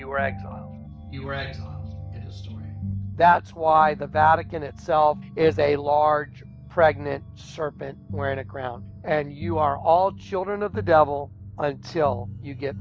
read that's why the vatican itself is a large pregnant serpent wearing a crown and you are all children of the devil until you get